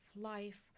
life